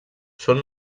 són